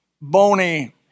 bony